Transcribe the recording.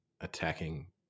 attacking